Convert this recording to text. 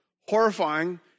horrifying